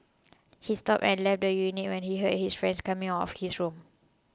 he stopped and left the unit when he heard his friend coming of his room